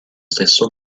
stesso